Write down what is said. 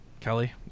Kelly